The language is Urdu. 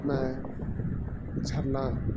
میں جھرنا